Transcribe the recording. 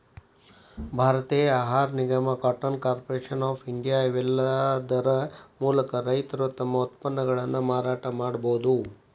ಭಾರತೇಯ ಆಹಾರ ನಿಗಮ, ಕಾಟನ್ ಕಾರ್ಪೊರೇಷನ್ ಆಫ್ ಇಂಡಿಯಾ, ಇವೇಲ್ಲಾದರ ಮೂಲಕ ರೈತರು ತಮ್ಮ ಉತ್ಪನ್ನಗಳನ್ನ ಮಾರಾಟ ಮಾಡಬೋದು